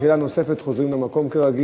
שאלה נוספת, חוזרים למקום כרגיל.